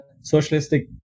socialistic